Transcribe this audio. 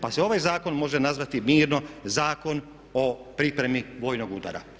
Pa se ovaj zakon može nazvati mirno zakon o pripremi vojnog udara.